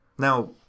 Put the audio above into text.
Now